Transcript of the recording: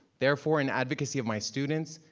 therefore, in advocacy of my students,